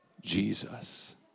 Jesus